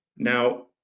Now